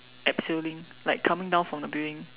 abseiling like coming down from the building